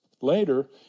later